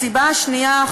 הסיבה השנייה,